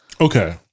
Okay